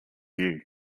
view